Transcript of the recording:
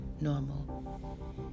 normal